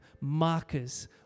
markers